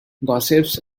gossips